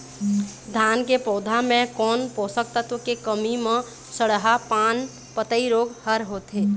धान के पौधा मे कोन पोषक तत्व के कमी म सड़हा पान पतई रोग हर होथे?